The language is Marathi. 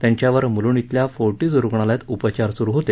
त्यांच्यावर मुलुंड इथल्या फोर्टिज रुग्णालयात उपचार सुरु होते